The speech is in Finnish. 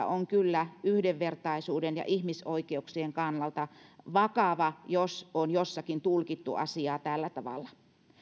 on kyllä yhdenvertaisuuden ja ihmisoikeuksien kannalta vakavaa jos jossakin on tulkittu asiaa tällä tavalla